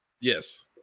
Yes